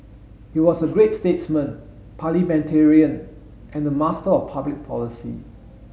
he was a great statesman parliamentarian and a master of public policy